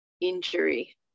injury